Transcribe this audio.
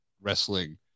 wrestling